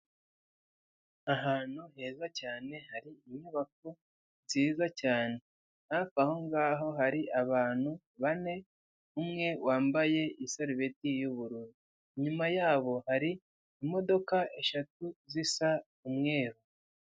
Ahantu heza cyane hari inyubako nziza cyane, hafi aho ngaho hari abantu bane, umwe wambaye iserubeti y'ubururu, inyuma yabo hari imodoka eshatu zisa umweru.